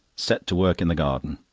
set to work in the garden.